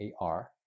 ar